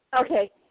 Okay